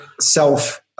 self